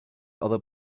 other